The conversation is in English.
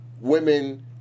women